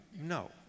No